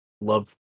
love